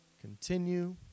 continue